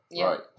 right